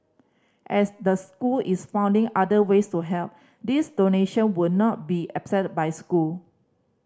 as the school is finding other ways to help this donation would not be accepted by school